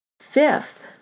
Fifth